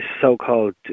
so-called